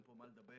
אין פה מה לדבר,